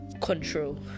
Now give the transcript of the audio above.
control